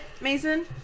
Mason